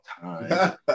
time